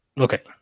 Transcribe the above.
Okay